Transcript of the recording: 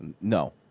No